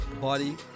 body